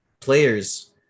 players